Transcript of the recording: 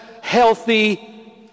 healthy